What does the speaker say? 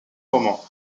roman